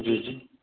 جی جی